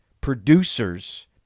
producers